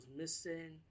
missing